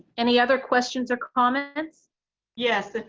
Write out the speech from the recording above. any other questions or comments yes,